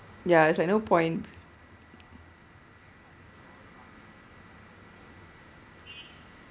ya it's like no point